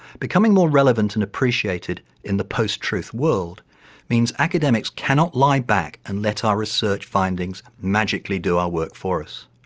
becoming more relevant and appreciated in the post truth world means academics cannot lie back and let our research findings magically do our work for us.